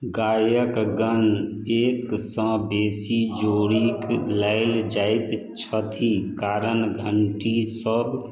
गायक गण एकसँ बेसी जोड़ी लैल जाइत छथि कारण घंटी सभ